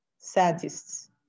scientists